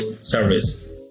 service